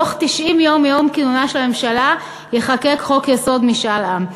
בתוך 90 יום מיום כינונה של הממשלה ייחקק חוק-יסוד: משאל עם.